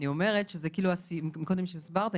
אני אומרת שמקודם כשהסברת,